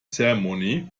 ceremony